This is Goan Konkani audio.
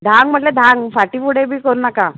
धांक म्हटल्यार धांक फाटी फुडें बी करनाका